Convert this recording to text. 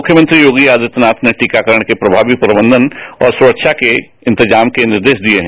मुख्यमंत्री योगी आदित्यनाथ ने टीकाकरण के प्रमावी प्रबंधन और सुरक्षा के इंतजाम के निर्देश दिए हैं